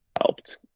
helped